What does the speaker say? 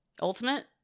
Ultimate